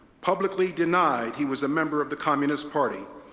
publicly denied he was a member of the communist party.